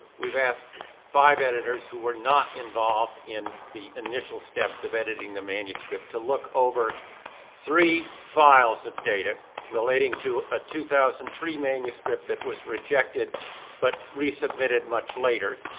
we've asked five editors who were not involved in the initial steps of editing the manuscript to look over three files of data relating to a two thousand and three manuscript that was rejected but resubmitted much later.